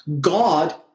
God